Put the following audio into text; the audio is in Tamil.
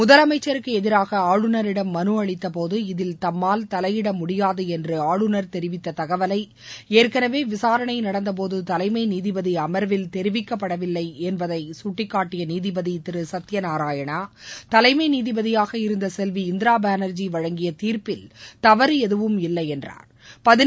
முதலமைச்சருக்கு எதிராக ஆளுநரிடம் மனு அளித்தபோது இதில் தம்மால் தலையிட முடியாது என்று ஆளுநர் தெரிவித்த தகவலை ஏற்கனவே விசாரணை நடந்தபோது தலைமை நீதிபதி அம்வில் தெரிவிக்கப்படவில்லை என்பதை கட்டிக்காட்டிய நீதிபதி திரு சுத்ய நாராயணா தலைமை நீதிபதியாக இருந்த செல்வி இந்திரா பானா்ஜி வழங்கிய தீா்ப்பில் தவறு எதுவும் இல்லை என்றாா்